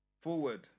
forward